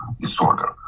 disorder